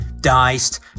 diced